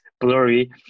blurry